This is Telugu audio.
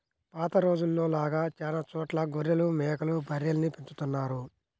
పాత రోజుల్లో లాగా చానా చోట్ల గొర్రెలు, మేకలు, బర్రెల్ని పెంచుతున్నారు